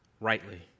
rightly